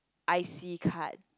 I_C card